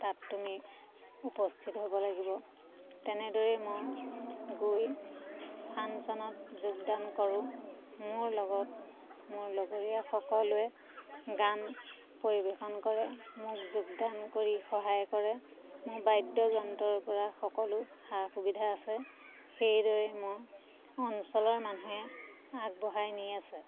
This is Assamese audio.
তাত তুমি উপস্থিত হ'ব লাগিব তেনেদৰেই মই গৈ ফাংচনত যোগদান কৰোঁ মোৰ লগত মোৰ লগৰীয়া সকলোৱে গান পৰিৱেশন কৰে মোক যোগদান কৰি সহায় কৰে মোৰ বাদ্যযন্ত্ৰৰ পৰা সকলো সা সুবিধা আছে সেইদৰে মোৰ অঞ্চলৰ মানুহে আগবঢ়াই নি আছে